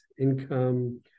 income